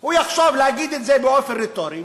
הוא יחשוב להגיד את זה באופן רטורי,